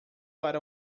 para